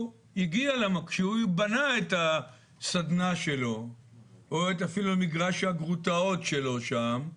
כשהוא בנה את הסדנה שלו או את אפילו מגרש הגרוטאות שלו שם,